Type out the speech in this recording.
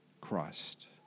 Christ